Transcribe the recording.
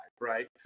right